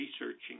researching